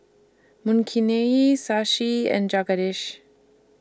Makineni Shashi and Jagadish